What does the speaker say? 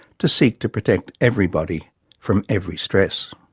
to seek to protect everybody from every stress.